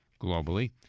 globally